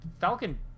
Falcon